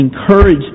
encourage